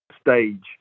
stage